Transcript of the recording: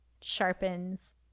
sharpens